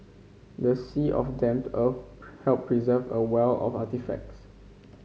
the sea of damp earth helped preserve a wealth of artefacts